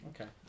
Okay